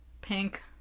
pink